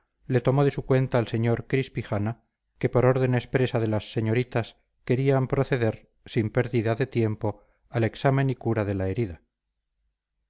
le tomó de su cuenta el sr crispijana que por orden expresa de las señoritas querían proceder sin pérdida de tiempo al examen y cura de la herida